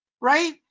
right